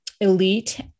elite